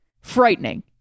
frightening